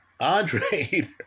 Andre